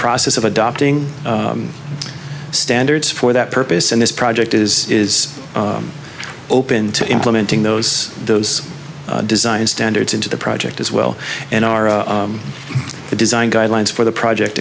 process of adopting standards for that purpose and this project is is open to implementing those those design standards into the project as well and the design guidelines for the project